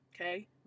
okay